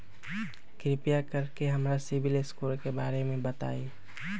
कृपा कर के हमरा सिबिल स्कोर के बारे में बताई?